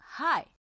hi